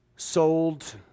sold